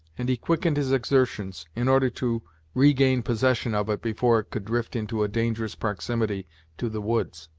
and he quickened his exertions, in order to regain possession of it before it could drift into a dangerous proximity to the woods.